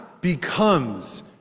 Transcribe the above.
becomes